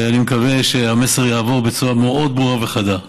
אני מקווה שהמסר יעבור בצורה מאוד ברורה וחדה.